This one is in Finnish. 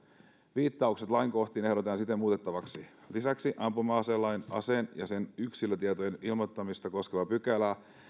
viittaukset lainkohtiin ehdotetaan siten muutettavaksi lisäksi ampuma aselain aseen ja sen yksilötietojen ilmoittamista koskevaa pykälää